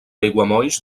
aiguamolls